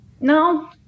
No